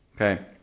Okay